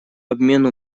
обмену